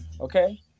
okay